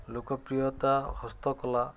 ଲୋକପ୍ରିୟତା ହସ୍ତକଲା